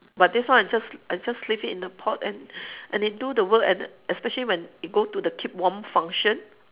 but this one I just I just leave it in the pot and and it do the work and especially when it go to the keep warm function